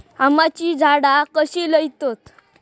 आम्याची झाडा कशी लयतत?